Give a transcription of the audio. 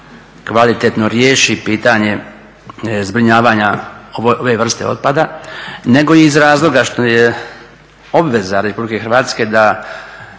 kvalitetno riješi pitanje zbrinjavanja ove vrste otpada, nego iz razloga što je obveza RH da